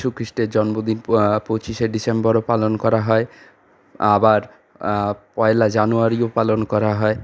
যিশু খ্রিষ্টের জন্মদিন পঁচিশে ডিসেম্বরও পালন করা হয় আবার পয়লা জানুয়ারিও পালন করা হয়